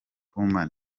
women